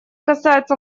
касается